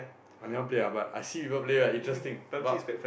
I never play ah but I see people play ah interesting but